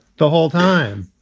the whole time,